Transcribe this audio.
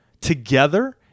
together